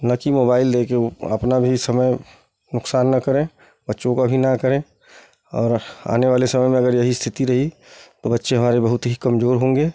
न कि मोबाइल ले कर अपना भी समय नुकसान न करें बच्चों का भी न करें और आने वाले समय में अगर यही स्थिति रही तो बच्चे हमारे बहुत ही कमजोर होंगे